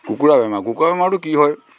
কুকুৰা বেমাৰ কুকুৰা বেমাৰটো কি হয়